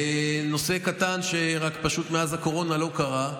נושא קטן שפשוט מאז הקורונה לא קרה,